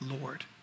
Lord